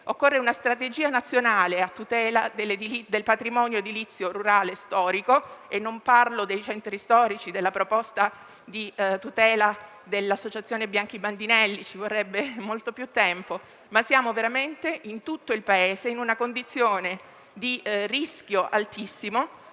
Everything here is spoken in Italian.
Occorre una strategia nazionale a tutela del patrimonio edilizio rurale storico. Non parlo dei centri storici e della proposta di tutela dell'Associazione Bianchi Bandinelli, perché ci vorrebbe molto più tempo; tuttavia, in tutto il Paese siamo veramente in una condizione di pericolo altissimo,